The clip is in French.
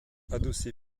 adossée